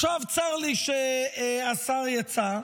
עכשיו, צר לי שהשר יצא.